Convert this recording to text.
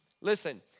Listen